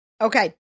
Okay